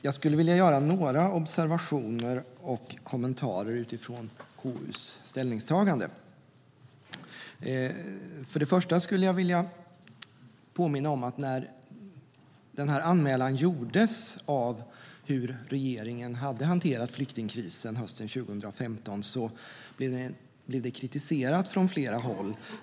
Jag skulle vilja göra några observationer och kommentarer utifrån KU:s ställningstagande. För det första vill jag påminna om att anmälan som gjordes av hur regeringen hade hanterat flyktingkrisen hösten 2015 blev kritiserad från flera håll.